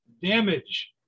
damage